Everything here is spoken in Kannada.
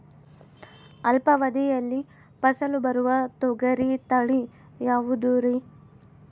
ಅಲ್ಪಾವಧಿಯಲ್ಲಿ ಫಸಲು ಬರುವ ತೊಗರಿ ತಳಿ ಯಾವುದುರಿ?